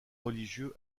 religieux